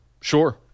sure